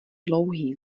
dlouhý